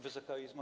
Wysoka Izbo!